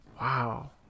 Wow